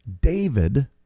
David